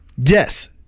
Yes